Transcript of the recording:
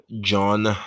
John